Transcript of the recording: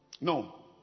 No